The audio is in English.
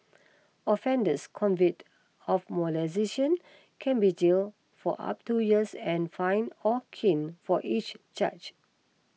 offenders convicted of molestation can be jail for up two years and fined or caned for each charge